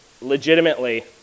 legitimately